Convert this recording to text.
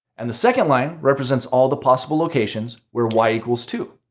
and the second line represents all the possible locations where y equals two.